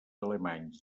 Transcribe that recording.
alemanys